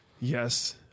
Yes